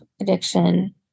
addiction